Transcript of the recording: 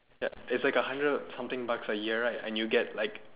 ya it's like a hundred something bucks a year right and you get like